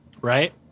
right